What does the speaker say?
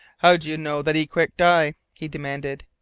how do you know that he quick die? he demanded.